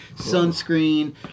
sunscreen